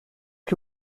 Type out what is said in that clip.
que